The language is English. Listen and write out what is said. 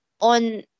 on